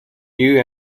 you